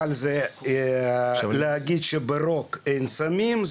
אבל להגיד שברוק אין סמים,